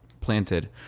planted